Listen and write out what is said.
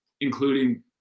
including